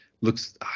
looks